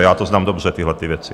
Já to znám dobře, tyhlety věci.